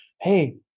hey